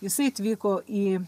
jisai atvyko į